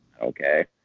okay